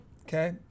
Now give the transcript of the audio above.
okay